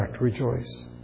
rejoice